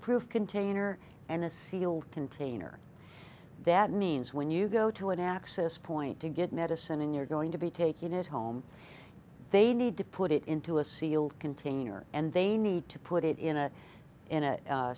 proof container and a sealed container that means when you go to an access point to get medicine and you're going to be taking it home they need to put it into a sealed container and they need to put it in a